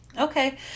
Okay